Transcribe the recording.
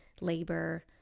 labor